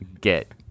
get